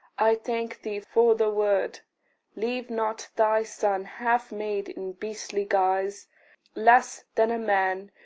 i thank thee for the word leave not thy son half-made in beastly guise less than a man,